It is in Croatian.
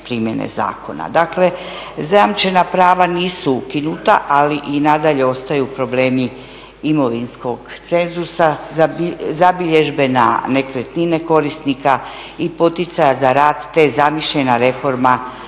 dakle zajamčena prava nisu ukinuta, ali i nadalje ostaju problemi imovinskog cenzusa, zabilježbe na nekretnine korisnika i poticaja za rad, te zamišljena reforma